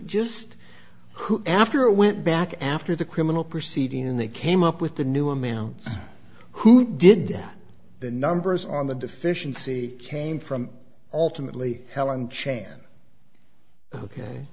just who after it went back after the criminal proceeding and they came up with the new amount who did the numbers on the deficiency came from ultimately helen chan